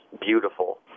beautiful